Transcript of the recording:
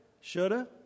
shoulda